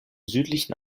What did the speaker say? südlichen